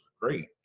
great